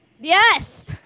Yes